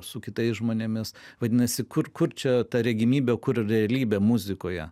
su kitais žmonėmis vadinasi kur kur čia ta regimybė kur realybė muzikoje